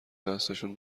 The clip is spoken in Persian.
دستشون